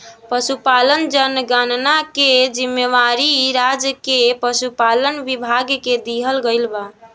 पसुपालन जनगणना के जिम्मेवारी राज्य के पसुपालन विभाग के दिहल गइल बा